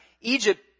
Egypt